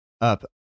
up